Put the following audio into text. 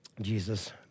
Jesus